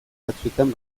batzuetan